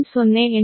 08 p